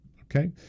okay